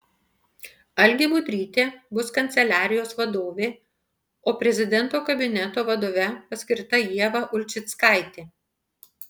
algė budrytė bus kanceliarijos vadovė o prezidento kabineto vadove paskirta ieva ulčickaitė